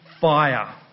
fire